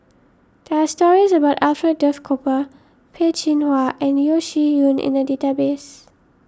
there are stories about Alfred Duff Cooper Peh Chin Hua and Yeo Shih Yun in the database